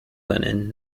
linen